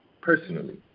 personally